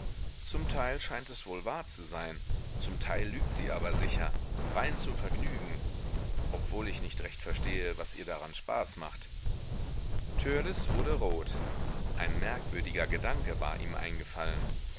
zum teil scheint es wohl wahr zu sein zum teil lügt sie aber sicher rein zum vergnügen obwohl ich nicht recht verstehe was ihr daran spaß macht törleß wurde rot ein merkwürdiger gedanke war ihm eingefallen